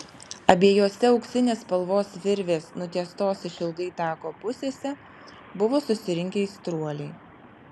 abiejose auksinės spalvos virvės nutiestos išilgai tako pusėse buvo susirinkę aistruoliai